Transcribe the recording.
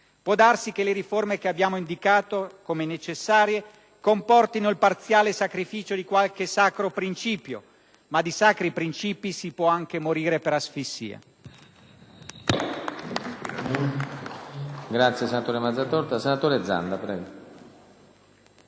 Può darsi che le riforme che abbiamo indicato come necessarie comportino il parziale sacrificio di qualche «sacro principio», ma di sacri principi si può anche morire per asfissia.